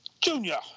Junior